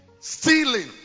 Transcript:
Stealing